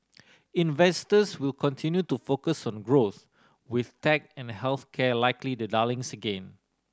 investors will continue to focus on growth with tech and health care likely the darlings again